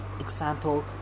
Example